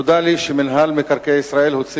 נודע לי שמינהל מקרקעי ישראל הוציא